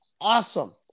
awesome